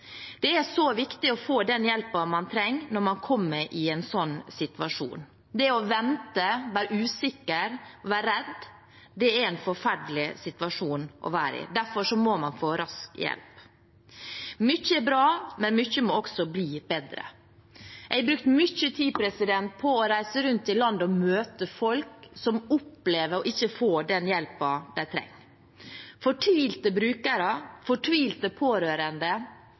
Det er så viktig å få den hjelpen man trenger, når man kommer i en sånn situasjon. Det å vente, å være usikker og å være redd er en forferdelig situasjon å være i. Derfor må man få rask hjelp. Mye er bra, men mye må også bli bedre. Jeg har brukt mye tid på å reise rundt i landet og møte folk som opplever ikke å få den hjelpen de trenger – fortvilte brukere, fortvilte pårørende